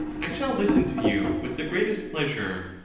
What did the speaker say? i shall listen to you with the greatest pleasure,